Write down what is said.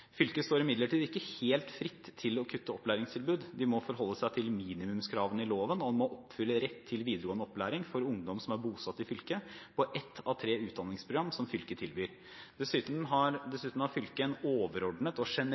Fylket står imidlertid ikke helt fritt til å kutte opplæringstilbud. De må forholde seg til minimumskravene i loven om å oppfylle rett til videregående opplæring for ungdom som er bosatt i fylket, på ett av tre utdanningsprogram som fylket tilbyr. Dessuten har fylket en overordnet og